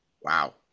Wow